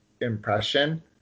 impression